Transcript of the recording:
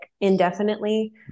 indefinitely